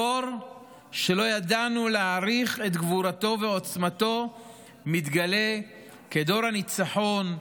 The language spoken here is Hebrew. דור שלא ידענו להעריך את גבורתו ועוצמתו מתגלה כדור הניצחון,